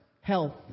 health